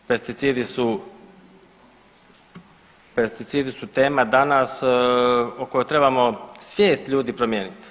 Pesticidi su, pesticidi su tema danas o kojoj trebamo svijet ljudi promijeniti.